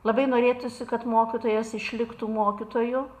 labai norėtųsi kad mokytojas išliktų mokytoju